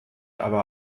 aber